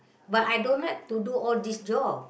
but I don't like to do all this job